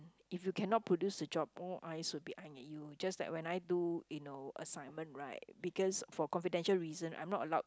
if you cannot produce a job all eyes will be on you just like when I do you know assignment right because for confidential reason I'm not allowed